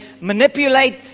manipulate